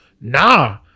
Nah